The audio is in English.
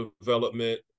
development